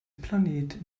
planet